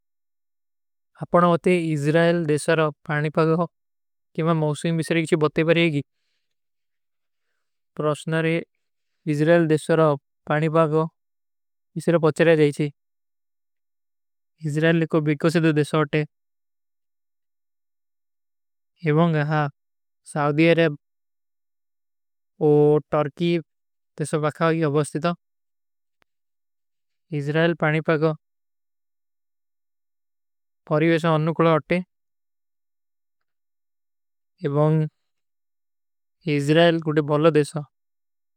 ଅପନା ଉତେ ଇସ୍ରାଯଲ ଦେଶାରା ପାଣିପାଗ କେମା ମୌସ୍ମୀ ମିସରୀ କିଛୀ ବତେ ବରେଗୀ। ପ୍ରୋସ୍ଣାରେ ଇସ୍ରାଯଲ ଦେଶାରା ପାଣିପାଗ ଇସେରା ପଚ୍ଚରା ଜାଈଚୀ। ଇସ୍ରାଯଲ ଦେଶାରା ପାଣିପାଗ କେମା ମୌସ୍ମୀ ମିସରୀ କିଛୀ ବତେ ବରେଗୀ।